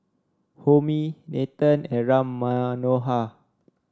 Homi Nathan and Ram Manohar